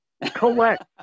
Collect